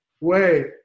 wait